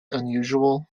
unusual